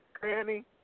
Granny